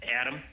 Adam